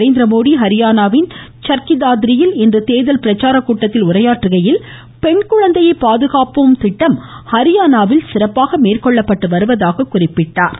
நரேந்திரமோடி ஹரியானாவின் சர்க்கி தேர்தல் பிரச்சாரக்கூட்டத்தில் உரையாற்றுகையில் பெண் குழந்தையை பாதுகாப்போம் திட்டம் ஹரியானாவில் சிறப்பாக மேற்கொள்ளப்பட்டு வருவதாக குறிப்பிட்டார்